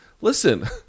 Listen